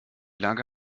lage